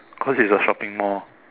because it's a shopping mall